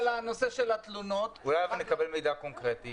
אולי נקבל מידע קונקרטי.